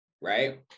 right